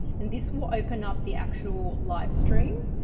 and this will open up the actual livestream.